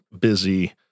busy